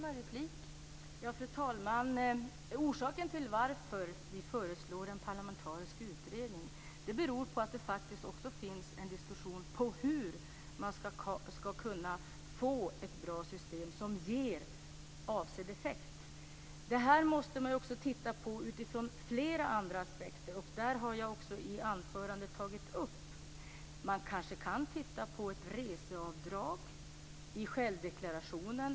Fru talman! Orsaken till att vi föreslår en parlamentarisk utredning är att det förs en diskussion om hur man skall kunna få ett bra system som ger avsedd effekt. Man måste studera detta från flera aspekter. Jag har i mitt anförande pekat på att man kanske kan utreda frågan om reseavdrag i självdeklarationen.